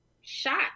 shot